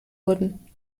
wurden